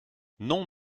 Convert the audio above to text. non